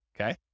Okay